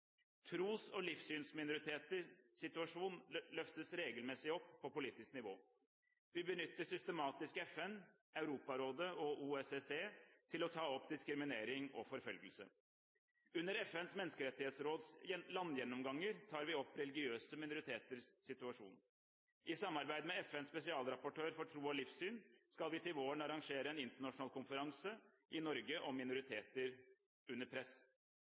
Tros- og livssynsminoriteters situasjon løftes regelmessig opp på politisk nivå. Vi benytter systematisk FN, Europarådet og OSSE til å ta opp diskriminering og forfølgelse. Under FNs menneskerettighetsråds landgjennomganger tar vi opp religiøse minoriteters situasjon. I samarbeid med FNs spesialrapportør for tro og livssyn skal vi til våren arrangere en internasjonal konferanse i Norge om minoriteter under press.